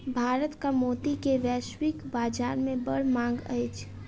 भारतक मोती के वैश्विक बाजार में बड़ मांग अछि